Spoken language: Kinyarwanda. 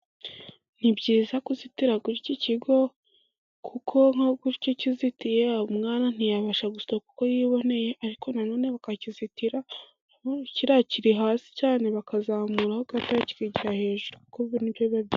Ni byiza kuzitira gutya ikigo, kuko nko gutyo iyo kizitiye umwana ntiyabasha gusohoka uko yiboneye, ariko nanone iki kiri hasi cyane , cyakazamuweho kandi bakakigiza hejuru.